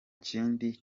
kindi